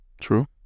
true